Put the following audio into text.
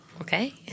Okay